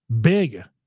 big